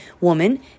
woman